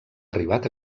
arribat